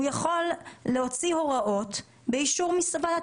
הוא יכול להוציא הוראות באישור ועדת